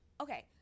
okay